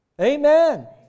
Amen